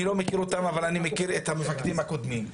אני לא מכיר אותם אבל אני מכיר את המפקדים הקודמים.